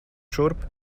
šurp